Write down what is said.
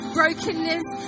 brokenness